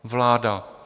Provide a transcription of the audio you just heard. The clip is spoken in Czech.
Vláda!